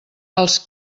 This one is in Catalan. els